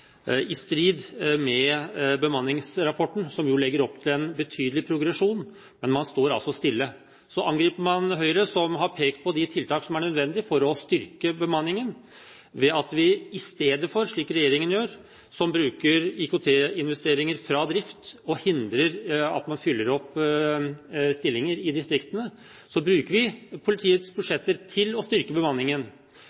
i strid med bemanningsrapporten, som legger opp til en betydelig progresjon. Men man står altså stille. Så angriper man Høyre, som har pekt på de tiltakene som er nødvendige for å styrke bemanningen. I stedet for å bruke IKT-investeringer fra drift og hindre at man fyller opp stillinger i distriktene, slik regjeringen gjør, bruker vi politiets